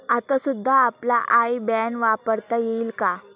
आता सुद्धा आपला आय बॅन वापरता येईल का?